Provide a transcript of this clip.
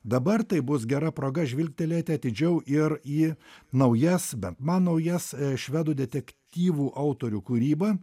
dabar tai bus gera proga žvilgtelėti atidžiau ir į naujas bent man naujas švedų detektyvų autorių kūrybą